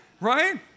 right